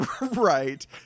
Right